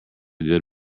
good